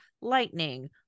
lightning